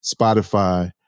Spotify